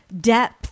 depth